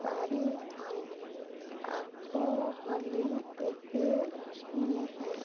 ପାରିଥାଉ ଆଗ ଭଳି ଏବେ ନୁହେଁ